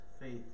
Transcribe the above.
faith